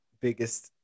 biggest